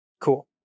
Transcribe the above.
Cool